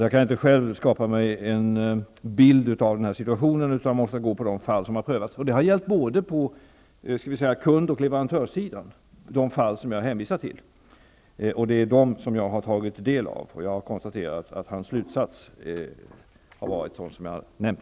Jag kan inte själv skapa mig en bild av den här situationen utan jag måste stöda mig på de fall som har prövats. Det gäller de fall jag hänvisar till både på kund och leverantörssidan. Det är dessa fall jag har tagit del av. Näringsfrihetsombudsmannens slutsats har varit sådan som jag har nämnt.